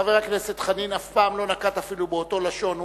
חבר הכנסת חנין אף פעם לא נקט אפילו אותו לשון.